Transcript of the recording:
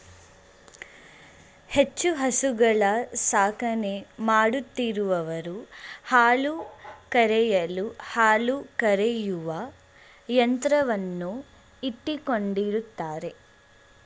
ಹೆಚ್ಚು ಹಸುಗಳ ಸಾಕಣೆ ಮಾಡುತ್ತಿರುವವರು ಹಾಲು ಕರೆಯಲು ಹಾಲು ಕರೆಯುವ ಯಂತ್ರವನ್ನು ಇಟ್ಟುಕೊಂಡಿರುತ್ತಾರೆ